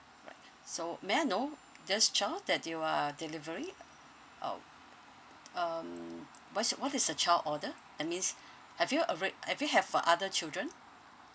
alright so may I know this child that you are delivering uh um what's your what is the child order that means have you alread~ have you have uh other children